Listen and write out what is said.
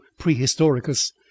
Prehistoricus